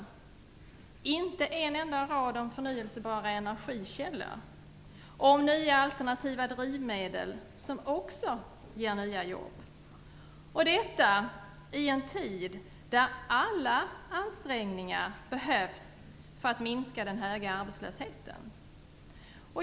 Det finns inte en enda rad om förnyelsebara energikällor och nya alternativa drivmedel, som också ger nya jobb, och detta i en tid då alla ansträngningar behövs för att minska den höga arbetslösheten.